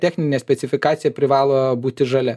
techninė specifikacija privalo būti žalia